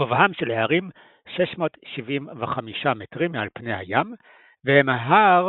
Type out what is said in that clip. גובהם של ההרים 675 מטרים מעל פני הים; והם ההר